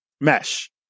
mesh